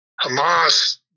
Hamas